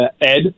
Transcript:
Ed